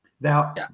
Now